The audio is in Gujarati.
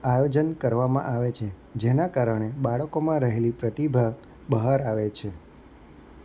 આયોજન કરવામાં આવે છે જેના કારણે બાળકોમાં રહેલી પ્રતિભા બહાર આવે છે